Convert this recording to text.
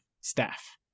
staff